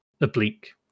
Oblique